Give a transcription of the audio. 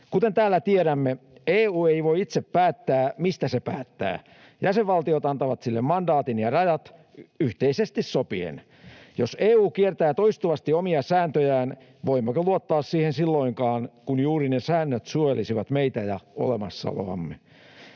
Kuten täällä tiedämme, EU ei voi itse päättää, mistä se päättää. Jäsenvaltiot antavat sille mandaatin ja rajat yhteisesti sopien. Jos EU kiertää toistuvasti omia sääntöjään, voimmeko luottaa siihen silloinkaan, kun juuri ne säännöt suojelisivat meitä ja olemassaoloamme?